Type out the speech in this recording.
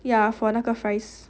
ya for 那个 fries